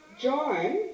John